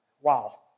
wow